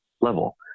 level